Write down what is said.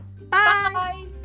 bye